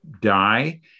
die